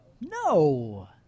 No